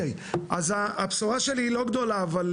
אז הבשורה שלי היא לא גדולה, אבל